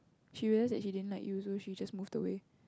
she realise that she didn't like you so she just move away